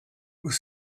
was